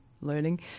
learning